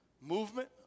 Movement